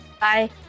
bye